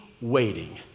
waiting